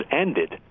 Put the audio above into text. ended